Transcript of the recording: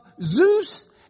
Zeus